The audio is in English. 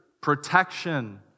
protection